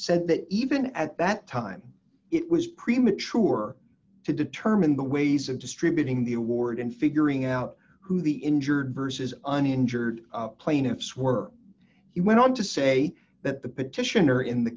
said that even at that time it was premature to determine the ways of distributing the award in figuring out who the injured vs an injured plaintiffs were he went on to say that the petitioner in the